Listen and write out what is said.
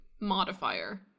modifier